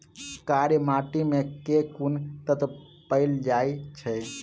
कार्य माटि मे केँ कुन तत्व पैल जाय छै?